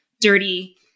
dirty